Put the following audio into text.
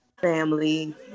family